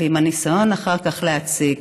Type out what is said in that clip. ועם הניסיון אחר כך להציג,